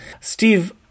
Steve